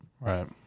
Right